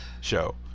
show